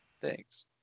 Thanks